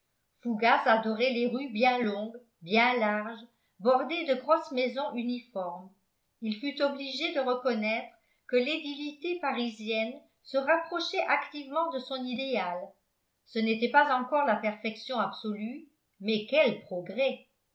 fougas adorait les rues bien longues bien larges bordées de grosses maisons uniformes il fut obligé de reconnaître que l'édilité parisienne se rapprochait activement de son idéal ce n'était pas encore la perfection absolue mais quel progrès